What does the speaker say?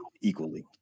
equally